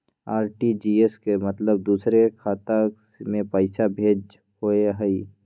RTGS के मतलब दूसरे के खाता में पईसा भेजे होअ हई?